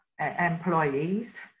employees